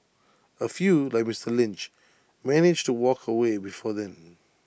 A few like Mister Lynch manage to walk away before then